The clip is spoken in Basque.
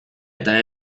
eta